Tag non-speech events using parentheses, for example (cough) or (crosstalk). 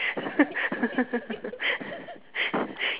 (laughs)